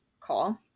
call